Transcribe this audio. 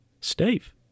Steve